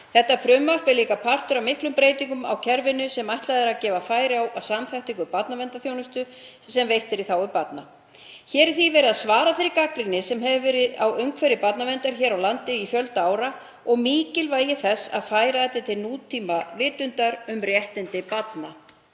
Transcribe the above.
Þetta frumvarp er líka partur af miklum breytingum á kerfinu sem ætlað er að gefa færi á samþættingu barnaverndarþjónustu sem veitt er í þágu barna. Hér er því verið að svara þeirri gagnrýni sem verið hefur á umhverfi barnaverndar hér á landi í fjölda ára og mikilvægi þess að færa það til nútímavitundar um réttindi barna.